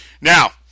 Now